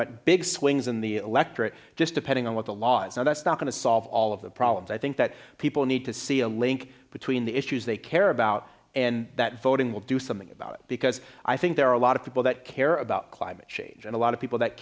at big swings in the electorate just depending on what the law is now that's not going to solve all of the problems i think that people need to see a link between the issues they care about and that voting will do something about it because i think there are a lot of people that care about climate change and a lot of people that